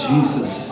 Jesus